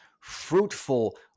fruitful